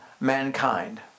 mankind